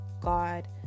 God